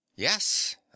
yes